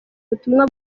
ubutumwa